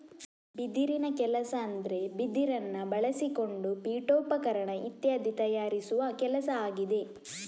ಬಿದಿರಿನ ಕೆಲಸ ಅಂದ್ರೆ ಬಿದಿರನ್ನ ಬಳಸಿಕೊಂಡು ಪೀಠೋಪಕರಣ ಇತ್ಯಾದಿ ತಯಾರಿಸುವ ಕೆಲಸ ಆಗಿದೆ